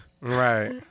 Right